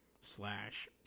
slash